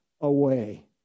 away